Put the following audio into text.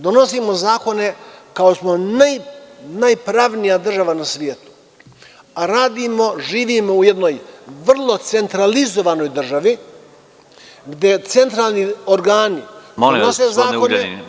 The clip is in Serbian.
Donosimo zakone kao da smo najpravnija država na svetu, a radimo i živimo u jednoj vrlo centralizovanoj državi, gde centralni organi donose zakone…